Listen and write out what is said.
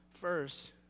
First